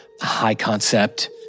high-concept